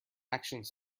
actions